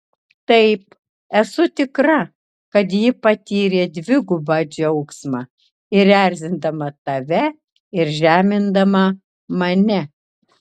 taip esu tikra kad ji patyrė dvigubą džiaugsmą ir erzindama tave ir žemindama mane